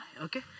okay